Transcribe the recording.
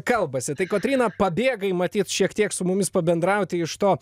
kalbasi tai kotryna pabėgai matyt šiek tiek su mumis pabendrauti iš to